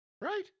right